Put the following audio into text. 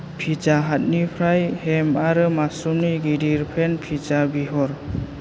पिज्जाहाटनिफ्राय हेम आरो मासरुमनि गिदिर पेन पिज्जा बिहर